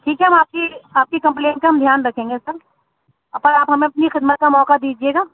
ٹھیک ہے ہم آپ کی آپ کی کمپلین کا ہم دھیان رکھیں گے سر پر آپ ہمیں اپنی خدمت کا موقع دیجیے گا